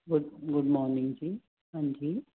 good morning ji ਹਾਂਜੀ